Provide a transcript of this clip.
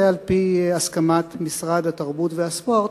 זה על-פי הסכמת משרד התרבות והספורט,